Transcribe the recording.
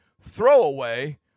throwaway